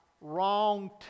wrong